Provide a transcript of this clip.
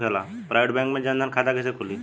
Private bank मे जन धन खाता कैसे खुली?